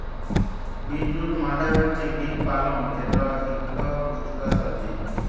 beet root মালে হছে beet পালং যেট ইকট পুষ্টিকর সবজি